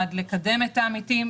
נועד לקדם את העמיתים,